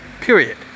Period